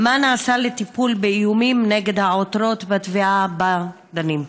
2. מה נעשה לטיפול באיומים נגד העותרות בתביעה שבה דנים?